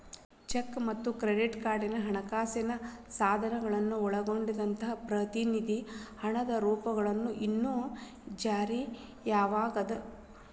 check ಮತ್ತ credit card ಹಣಕಾಸಿನ ಸಾಧನಗಳನ್ನ ಒಳಗೊಂಡಂಗ ಪ್ರತಿನಿಧಿ ಹಣದ ರೂಪಗಳು ಇನ್ನೂ ಜಾರಿಯಾಗದವ